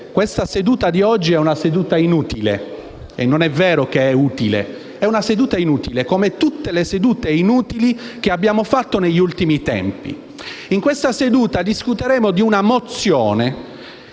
la seduta di oggi è inutile, non è vero che è utile. È una seduta inutile, come tutte le sedute inutili che abbiamo fatto negli ultimi tempi. In questa seduta discuteremo di una mozione